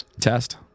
test